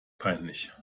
peinlich